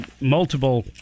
multiple